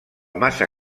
massa